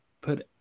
put